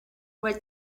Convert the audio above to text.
what